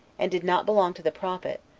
and did not belong to the prophet,